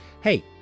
Hey